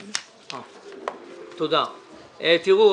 תראו,